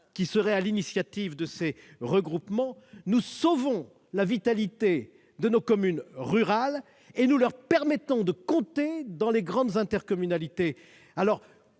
soit à l'initiative de ces regroupements. Nous sauvons la vitalité de nos communes rurales et nous leur permettons de compter au sein des grandes intercommunalités